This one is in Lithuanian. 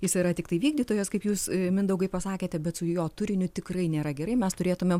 jis yra tiktai vykdytojas kaip jūs mindaugai pasakėte bet su jo turiniu tikrai nėra gerai mes turėtumėm